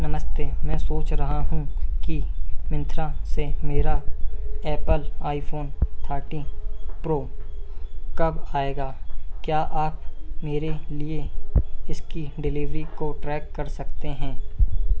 नमस्ते मैं सोच रहा हूँ कि मिन्त्रा से मेरा एप्पल आईफ़ोन थर्टीन प्रो कब आएगा क्या आप मेरे लिए इसकी डिलीवरी को ट्रैक कर सकते हैं